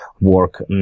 work